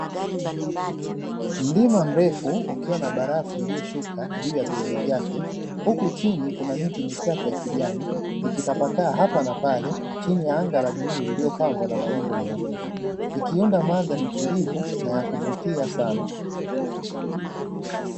Mlima mrefu ukiwa na barafu iliyoshuka juu ya vilele vyake huku chini kuna miti michache ya kijani ikitapakaa hapa na pale, chini ya anga la bluu iliyopambwa na mawingu meupe. Ikienda mandhari tulivu na ya kuvutia sana.